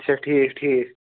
اَچھا ٹھیٖک ٹھیٖک